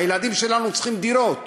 הילדים שלנו צריכים דירות,